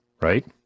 right